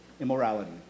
immorality